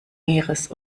meeres